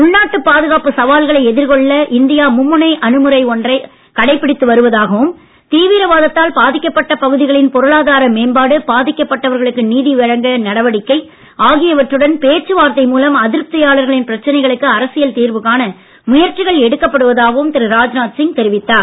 உள்நாட்டு பாதுகாப்பு சவால்களை எதிர்கொள்ள இந்தியா மும்முனை அணுமுறை ஒன்றை கடைபிடித்து வருவதாகவும் தீவிரவாதத்தால் பாதிக்கப்பட்ட பகுதிகளின் பொருளாதார மேம்பாடு பாதிக்கப்பட்டவர்களுக்கு நீதி ஆகியவற்றுடன் பேச்சு வார்த்தை மூலம் வழங்க நடவடிக்கை அதிருப்தியாளர்களின் பிரச்சனைகளுக்கு அரசியல் தீர்வு காண முயற்சிகள் எடுக்கப்படுவதாகவும் திரு ராஜ்நாத் சிங் தெரிவித்தார்